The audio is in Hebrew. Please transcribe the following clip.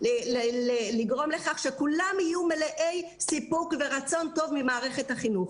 לגרום לכך שכולם יהיו מלאי סיפוק ורצון טוב ממערכת החינוך.